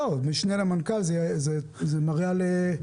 אבל נוכחות של משנה למנכ"ל זה מראה על רצינות.